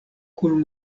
kun